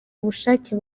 ubushake